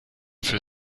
für